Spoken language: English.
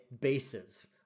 bases